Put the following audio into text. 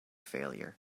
failure